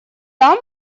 там